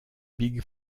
big